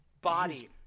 body